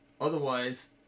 Otherwise